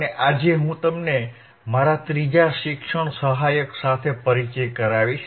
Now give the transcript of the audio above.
અને આજે હું તમને મારા ત્રીજા શિક્ષણ સહાયક સાથે પરિચય કરાવીશ